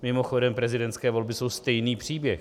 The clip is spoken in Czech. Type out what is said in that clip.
Mimochodem prezidentské volby jsou stejný příběh.